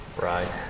Right